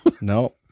No